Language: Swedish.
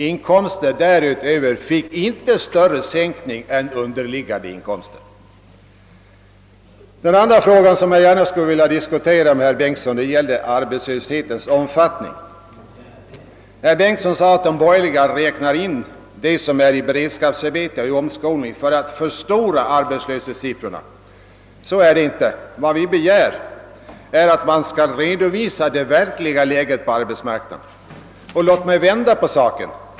Inkomsttagare med högre inkomster än dessa skulle inte få större sänkningar än Övriga. Den andra fråga jag gärna skulle vilja diskutera med herr Bengtsson gäller arbetslöshetens omfattning. Herr Bengtsson sade att de borgerliga räknar in sådana som är i beredskapsarbete och under omskolning för att förstora arbetslöshetssiffrorna. Så är det inte. Vad vi begär är att man skall redovisa det verkliga läget på arbetsmarknaden. Låt mig vända på saken.